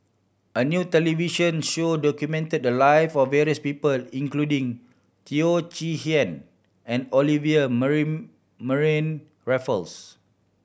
a new television show documented the live of various people including Teo Chee Hean and Olivia Mariamne Raffles